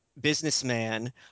businessman